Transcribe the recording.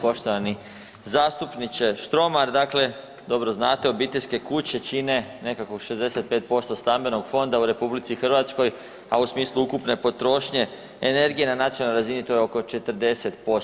Poštovani zastupniče Štromar, dakle dobro znate obiteljske kuće čine nekakvog 65% stambenog fonda u RH, a u smislu ukupne potrošnje energije na nacionalnoj razini to je oko 40%